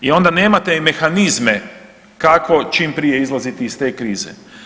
I onda nemate mehanizme kako čim prije izlaziti iz te krize.